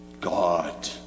God